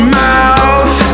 mouth